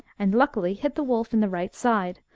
and luckily hit the wolf in the right side,